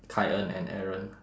kai en and aaron